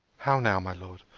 how now, my lord!